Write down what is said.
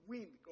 Wind